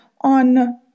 on